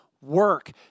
work